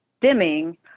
dimming